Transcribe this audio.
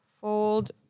fold